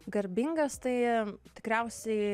garbingas tai tikriausiai